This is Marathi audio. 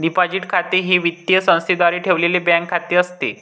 डिपॉझिट खाते हे वित्तीय संस्थेद्वारे ठेवलेले बँक खाते असते